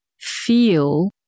feel